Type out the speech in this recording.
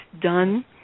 done